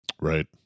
Right